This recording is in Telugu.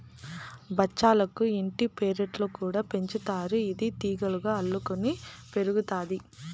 బచ్చలాకు ఇంటి పెరట్లో కూడా పెంచుతారు, ఇది తీగలుగా అల్లుకొని పెరుగుతాది